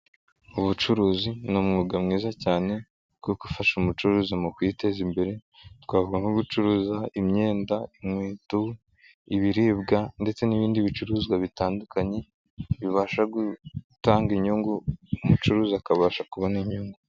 Ubucuruzi ni umwuga mwiza cyane kuko ufasha umucuruzi mu kwiteza imbere, twava nko gucuruza imyenda, inkweto, ibiribwa ndetse n'ibindi bicuruzwa bitandukanye bibasha gutanga inyungu, umucuruzi akabasha kubona inyungu.